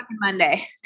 Monday